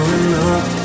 enough